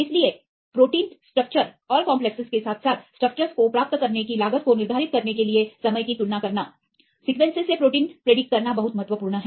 इसलिए protein structure और complexes के साथ साथ स्ट्रक्चर्स को प्राप्त करने की लागत को निर्धारित करने के लिए समय की तुलना करना सीक्वेंस से प्रोटीन 3D की भविष्यवाणी करना बहुत महत्वपूर्ण है